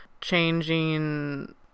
changing